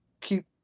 keep